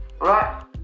right